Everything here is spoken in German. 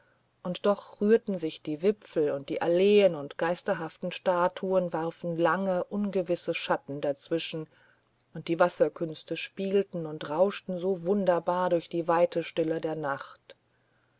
und doch rührten sich die wipfel und die alleen und geisterhaften statuen warfen lange ungewisse schatten dazwischen und die wasserkünste spielten und rauschten so wunderbar durch die weite stille der nacht